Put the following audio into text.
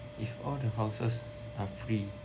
if all the houses are free